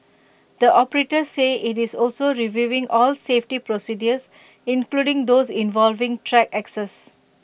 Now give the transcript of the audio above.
the operator said IT is also reviewing all safety procedures including those involving track access